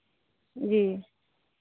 जी